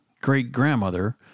great-grandmother